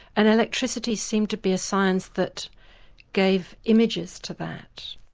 and electricity seemed to be a science that gave images to that.